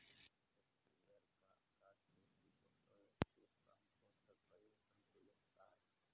sprayer का आकार छोटी बोतल से पंपों तक परिवर्तनशील होता है